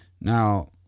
Now